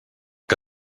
que